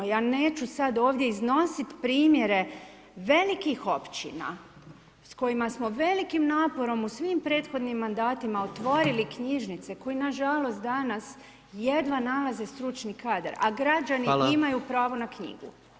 Ja neću sad ovdje iznositi primjere velikih općina s kojima smo velikim naporom u svim prethodnim mandatima otvorili knjižnice koji nažalost danas jedva nalaze stručni kadar a građani imaju pravo na knjigu.